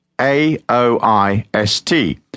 A-O-I-S-T